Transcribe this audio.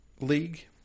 league